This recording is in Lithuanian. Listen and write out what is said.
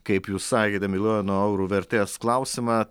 kaip jūs sakėte milijono eurų vertės klausimą